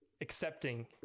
accepting